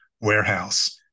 warehouse